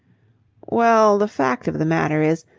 well, the fact of the matter is,